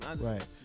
Right